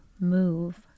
move